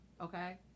okay